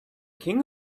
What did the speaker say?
king